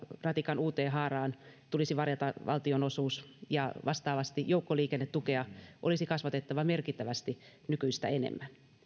ratikan uuteen haaraan tulisi varata valtionosuus vastaavasti joukkoliikennetukea olisi kasvatettava merkittävästi nykyistä enemmän